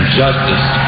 justice